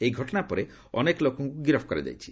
ଏହି ଘଟଣା ପରେ ଅନେକ ଲୋକଙ୍କୁ ଗିରଫ କରାଯାଇଛି